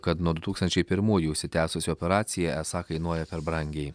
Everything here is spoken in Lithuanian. kad nuo du tūkstančiai pirmųjų užsitęsusi operacija esą kainuoja per brangiai